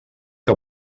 que